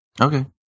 Okay